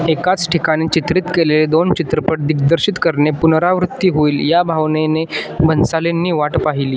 एकाच ठिकाणी चित्रित केलेले दोन चित्रपट दिग्दर्शित करणे पुनरावृत्ती होईल या भावनेने भंसालींनी वाट पाहिली